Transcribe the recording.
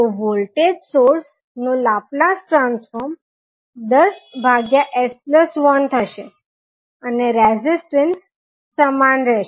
તો voltage source નું Laplace transform 10s1 થશે અને રેઝીસ્ટન્સ સમાન રહેશે